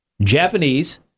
Japanese